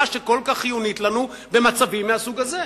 שכל כך חיונית לנו במצבים מהסוג הזה.